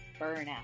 burnout